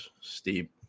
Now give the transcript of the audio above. steep